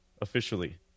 officially